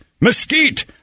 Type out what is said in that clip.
mesquite